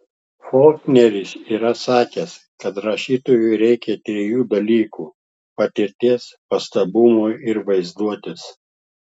folkneris yra sakęs kad rašytojui reikia trijų dalykų patirties pastabumo ir vaizduotės